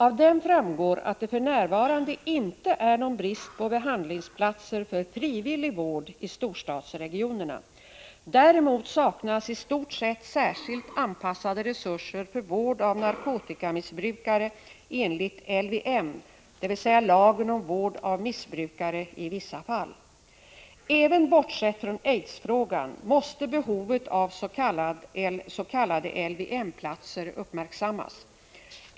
Av den framgår att det för närvarande inte är någon brist på behandlingshemsplatser för frivillig vård i storstadsregionerna. Däremot saknas i stort sett särskilt anpassade resurser för vård av narkotikamissbrukare enligt LVM, dvs. lagen om vård av missbrukare i vissa fall. Även bortsett från aidsfrågan måste behovet av s.k. LVM-platser uppmärksammas.